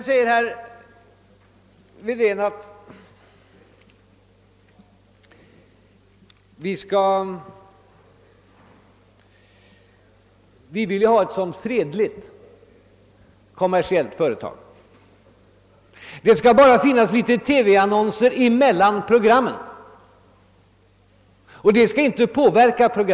Herr Wedén säger vidare att man vill ha ett så fredligt kommersiellt företag. Det skall bara finnas litet TV-annonser mellan programmen, och de skall inte påverka dessa.